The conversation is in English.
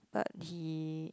but he